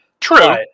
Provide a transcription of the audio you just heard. True